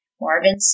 Marvin